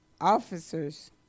officers